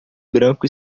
branco